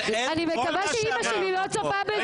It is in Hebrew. אבל היא אמרה שאמרו לה.